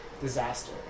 disaster